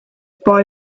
boy